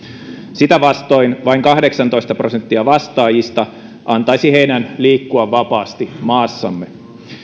sitä vastoin vain kahdeksantoista prosenttia vastaajista antaisi heidän liikkua vapaasti maassamme